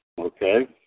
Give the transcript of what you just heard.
Okay